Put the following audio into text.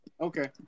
Okay